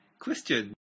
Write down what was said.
question